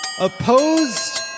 Opposed